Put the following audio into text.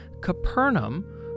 Capernaum